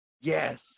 Yes